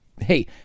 Hey